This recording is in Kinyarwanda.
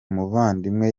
muvandimwe